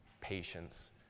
patience